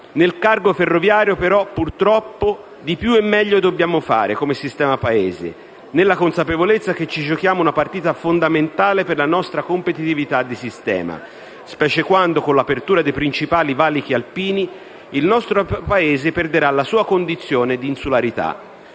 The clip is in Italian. Nel cargo ferroviario però, purtroppo, di più e meglio dobbiamo fare come sistema Paese, nella consapevolezza che ci giochiamo una partita fondamentale per la nostra competitività di sistema, quando con l'apertura dei principali valichi alpini il nostro Paese perderà la sua condizione di insularità.